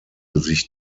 sich